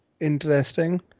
interesting